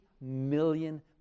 million